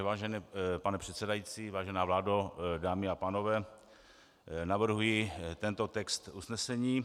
Vážený pane předsedající, vážená vládo, dámy a pánové, navrhuji tento text usnesení.